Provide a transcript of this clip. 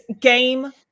game